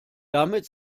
damit